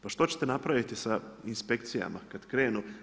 Pa što ćete napraviti sa inspekcijama kada krenu?